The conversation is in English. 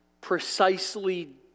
precisely